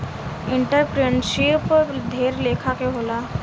entrepreneurship ढेर लेखा के होला